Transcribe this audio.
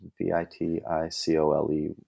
v-i-t-i-c-o-l-e